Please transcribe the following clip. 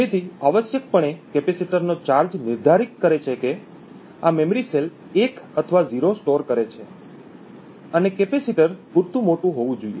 તેથી આવશ્યકપણે કેપેસિટરનો ચાર્જ નિર્ધારિત કરે છે કે આ મેમરી સેલ 1 અથવા 0 સ્ટોર કરે છે અને કેપેસિટર પૂરતું મોટું હોવું જોઈએ